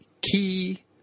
key